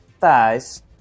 thighs